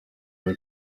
hari